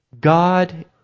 God